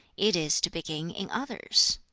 it is to begin in others?